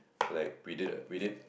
like we did a we did